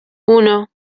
uno